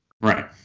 Right